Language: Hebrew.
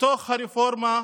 בתוך הרפורמה המשפטית.